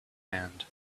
hand